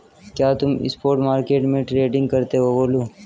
क्या तुम spot market में ट्रेडिंग करते हो गोलू?